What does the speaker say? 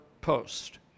post